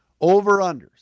Over-unders